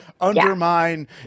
undermine